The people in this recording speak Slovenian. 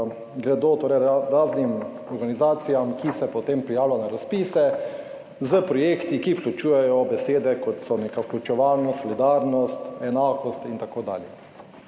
gredo raznim organizacijam, ki se potem prijavljajo na razpise s projekti, ki vključujejo besede, kot so nekavključevalnost, solidarnost, enakost in tako dalje.